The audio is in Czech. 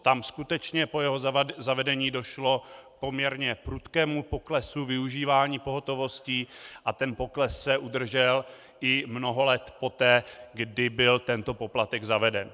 Tam skutečně po jeho zavedení došlo k poměrně prudkému poklesu využívání pohotovosti a ten pokles se udržel i mnoho let poté, kdy byl tento poplatek zaveden.